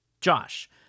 josh